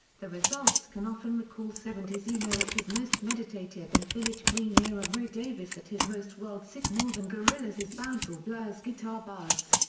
the results can often recall seventies eno at his most meditative and village green-era ray davies at his most world-sick more than gorillaz's bounce or blur's guitar buzz.